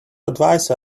advise